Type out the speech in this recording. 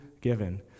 given